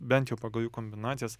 bent jau pagal jų kombinacijas